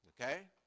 okay